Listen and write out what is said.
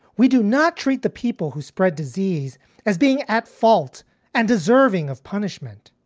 we do not treat the people who spread disease as being at fault and deserving of punishment.